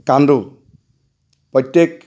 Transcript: কান্দোঁ প্ৰত্যেক